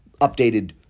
updated